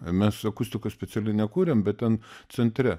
mes akustikos specialiai nekūrėm bet ten centre